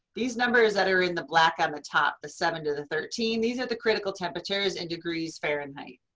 these numbers that are in the black on the top, the seven to the thirteen, these are the critical temperatures in degrees fahrenheit.